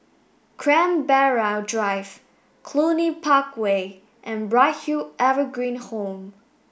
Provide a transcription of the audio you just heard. Canberra Drive Cluny Park Way and Bright Hill Evergreen Home